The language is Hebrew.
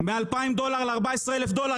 מ-2,000 דולר ל-14,000 דולר.